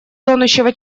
тонущего